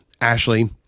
Ashley